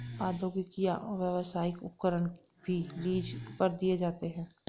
औद्योगिक या व्यावसायिक उपकरण भी लीज पर दिए जाते है